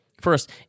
First